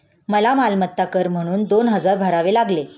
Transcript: मला मालमत्ता कर म्हणून दोन हजार भरावे लागले